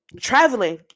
traveling